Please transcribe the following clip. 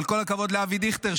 אבל כל הכבוד לאבי דיכטר,